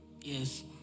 Yes